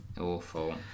Awful